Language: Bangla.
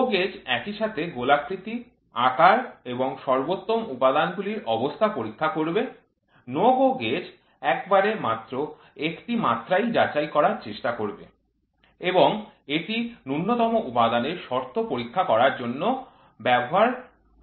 GO gauge একই সাথে গোলাকৃতি আকার এবং সর্বোত্তম উপাদানগুলির অবস্থা পরীক্ষা করবে NO GO gauge একবারে কেবলমাত্র একটি মাত্রাই যাচাই করার চেষ্টা করবে এবং এটি ন্যূনতম উপাদানের শর্ত পরীক্ষা করার জন্য ব্যবহার করা হবে